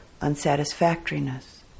unsatisfactoriness